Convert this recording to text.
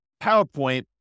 PowerPoint